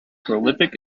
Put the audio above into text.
prolific